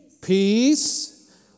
peace